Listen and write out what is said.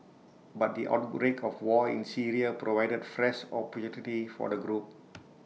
but the outbreak of war in Syria provided fresh opportunity for the group